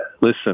listen